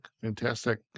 Fantastic